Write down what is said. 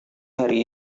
hari